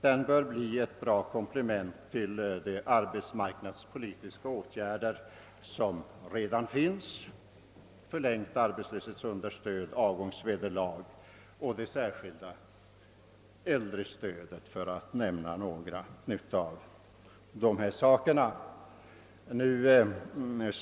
Den bör bli ett bra komplement till de arbetsmarknadspolitiska åtgärder som redan har vidtagits: förlängt = arbetslöshetsunderstöd, = avgångsvederlag och det särskilda äldrestödet för att nämna några av åtgärderna.